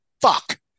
fuck